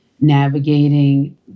navigating